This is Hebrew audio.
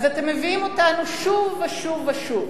אז אתם מביאים אותנו שוב ושוב ושוב,